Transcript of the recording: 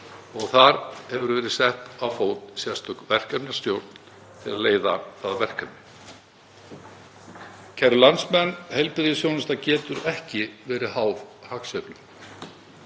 og þar hefur verið sett á fót sérstök verkefnastjórn til að leiða það verkefni. Kæru landsmenn. Heilbrigðisþjónusta getur ekki verið háð hagsveiflum.